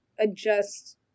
adjust